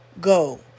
Go